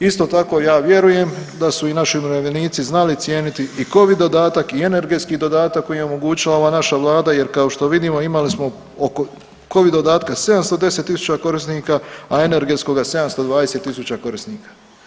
Isto tako, ja vjerujem da su i naši umirovljenici znali cijeniti i Covid dodatak i energetski dodatak koji je omogućila ova naša Vlada jer kao što vidimo, imali smo oko Covid dodatka 710 tisuća korisnika, a energetskoga 720 tisuća korisnika.